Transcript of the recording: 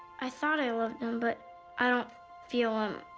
i thought i loved him but i don't feel him,